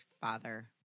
father